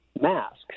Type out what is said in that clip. masks